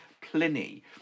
Pliny